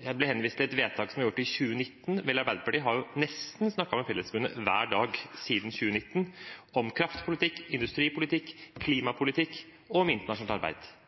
Jeg ble henvist til et vedtak som ble gjort i 2019. Vel, Arbeiderpartiet har jo snakket med Fellesforbundet nesten hver dag siden 2019, om kraftpolitikk, industripolitikk, klimapolitikk og internasjonalt arbeid.